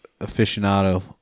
aficionado